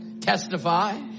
testify